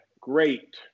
great